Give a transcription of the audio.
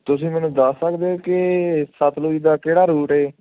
ਤੁਸੀਂ ਮੈਨੂੰ ਦੱਸ ਸਕਦੇ ਹੋ ਕਿ ਸਤਲੁਜ ਦਾ ਕਿਹੜਾ ਰੂਟ ਹੈ